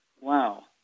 Wow